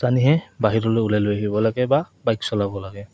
জানিহে বাহিৰলৈ ওলাই লৈ আহিব লাগে বা বাইক চলাব লাগে